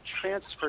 transfer